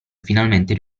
finalmente